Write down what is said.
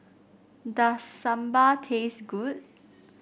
does Sambar taste good